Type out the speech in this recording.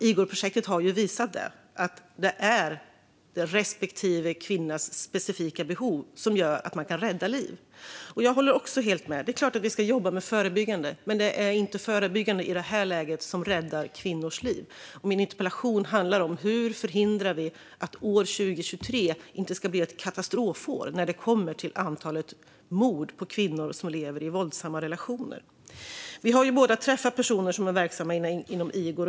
Igorprojektet har visat att det är respektive kvinnas specifika behov som gör att man kan rädda liv. Jag håller också helt med om att vi ska jobba med det förebyggande. Men det är inte det förebyggande som i det här läget räddar kvinnors liv. Min interpellation handlar om hur vi förhindrar att år 2023 blir ett katastrofår när det kommer till antalet mord på kvinnor som lever i våldsamma relationer. Vi har båda träffat personer som är verksamma inom Igor.